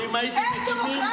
אין דמוקרטיה